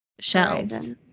shelves